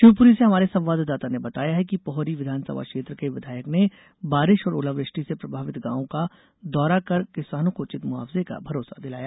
शिवपुरी से हमारे संवाददाता ने बताया है कि पोहरी विधानसभा क्षेत्र के विधायक ने बारिश और ओलावृष्टि से प्रभावित गांव का दौरा कर किसानों को उचित मुआवजे का भरोसा दिलाया